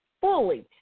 fully